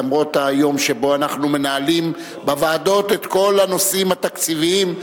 אף-על-פי שהיום אנחנו מנהלים בוועדות את כל הנושאים התקציביים.